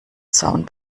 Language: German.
zaun